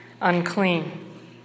unclean